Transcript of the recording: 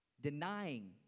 denying